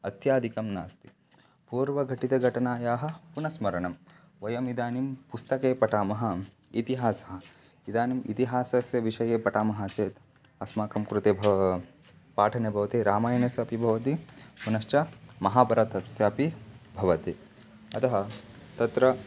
अत्यधिकं नास्ति पूर्वघटितघटनायाः पुनस्मरणं वयम् इदानीं पुस्तके पठामः इतिहासः इदानीम् इतिहासस्य विषये पठामः चेत् अस्माकं कृते भ पाठने भवति रामायणस्य अपि भवति पुनश्च महाभारतस्य अपि भवति अतः तत्र